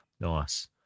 Nice